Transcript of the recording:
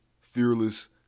fearless